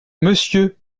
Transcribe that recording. monsieur